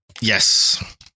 yes